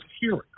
hearing